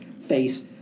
face